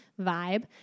vibe